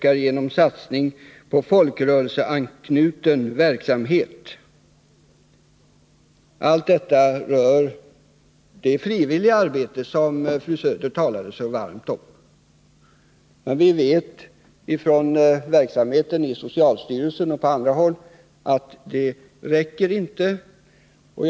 Allt detta rör det frivilliga arbete som fru Söder talade så varmt om. Vi vet från verksamheten inom socialstyrelsen och på andra håll att pengarna inte räcker.